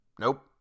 Nope